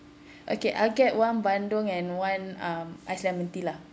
okay I'll get one bandung and one iced lemon tea lah